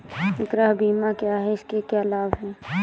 गृह बीमा क्या है इसके क्या लाभ हैं?